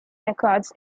records